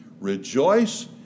Rejoice